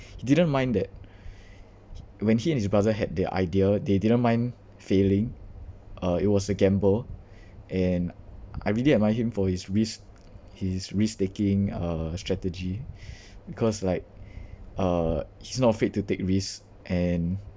he didn't mind that when he and his brother had their idea they didn't mind failing uh it was a gamble and I really admire him for his risk his risk taking uh strategy because like uh he's not afraid to take risks and